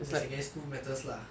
secondary school matters lah